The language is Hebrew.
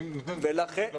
מהרחוב.